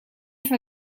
for